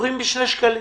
עוברים בשני שקלים.